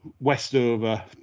Westover